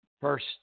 first